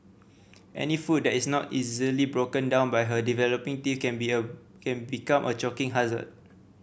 any food that is not easily broken down by her developing teeth can be a can become a choking hazard